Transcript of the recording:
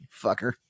fucker